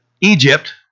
Egypt